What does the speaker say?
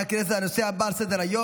הכנסת גלית דיסטל אטבריאן,